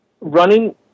running